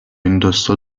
indossò